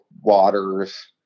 waters